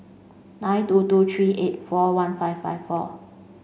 nine two two three eight four one five five four